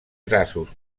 grassos